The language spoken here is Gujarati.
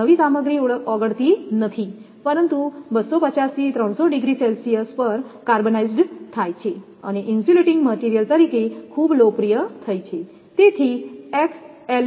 આ નવી સામગ્રી ઓગળતી નથી પરંતુ 250 થી 300 ડિગ્રી સેલ્સિયસ પર કાર્બનાઇઝ્ડ થાય છે અને ઇન્સ્યુલેટીંગ મટિરિયલતરીકે ખૂબ લોકપ્રિય થઈ છે